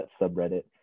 subreddit